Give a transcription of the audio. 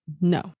No